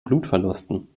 blutverlusten